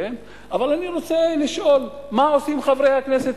אבל אני רוצה לשאול: מה עושים חברי הכנסת